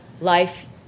life